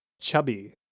chubby